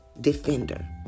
defender